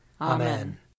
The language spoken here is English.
Amen